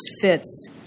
fits